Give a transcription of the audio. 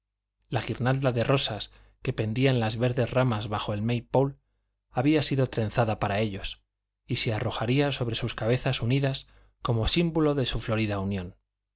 la guirnalda de rosas que pendía de las verdes ramas bajas del may pole había sido trenzada para ellos y se arrojaría sobre sus cabezas unidas como símbolo de su florida unión